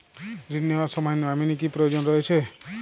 ঋণ নেওয়ার সময় নমিনি কি প্রয়োজন রয়েছে?